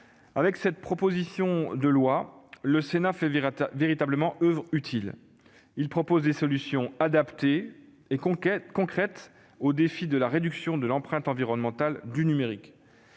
Avec cette proposition de loi, le Sénat fait véritablement oeuvre utile. Il propose des solutions adaptées et concrètes au défi de la réduction de l'empreinte environnementale du numérique.